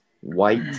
White